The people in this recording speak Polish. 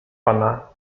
pana